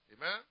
Amen